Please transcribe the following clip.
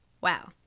wow